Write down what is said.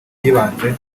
byibanze